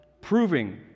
proving